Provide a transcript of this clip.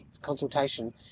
consultation